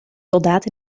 soldaat